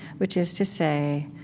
which is to say,